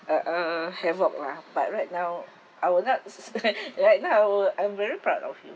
a uh havoc lah but right now I would not say that right now I would I'm very proud of you